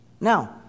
Now